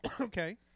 Okay